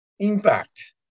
impact